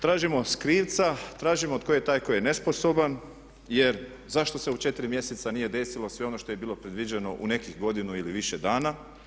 Tražimo krivca, tražimo tko je taj koji je nesposoban jer zašto se u 4 mjeseca nije desilo sve ono što je bilo predviđeno u nekih godinu ili više dana?